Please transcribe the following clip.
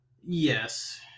yes